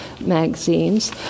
magazines